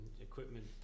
equipment